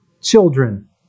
children